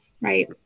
right